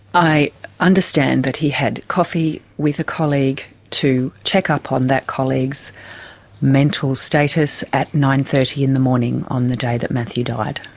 i understand that he had coffee with a colleague to check up on that colleague's mental status at nine. thirty in the morning on the day that matthew died.